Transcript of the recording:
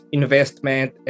investment